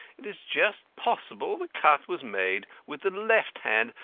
it is just possible the cut was made with the left hand,